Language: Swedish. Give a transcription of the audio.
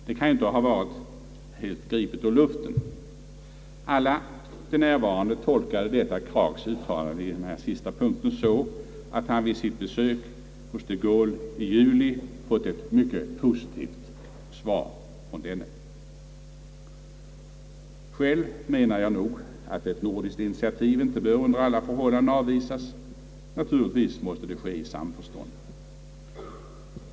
Det kan inte ha varit gripet ur luften. Alla de närvarande tolkade hr Krags uttalande i denna sista punkt så, att han vid sitt besök hos de Gaulle i juli fått ett mycket positivt svar från denne. Själv menar jag att tanken på ett nordiskt initiativ icke bör under alla förhållanden avvisas, men naturligtvis måste det tagas i samförstånd.